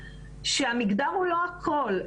שהמגדר הוא לא הכל.